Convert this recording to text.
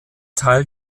teil